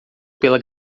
pela